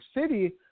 city